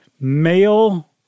male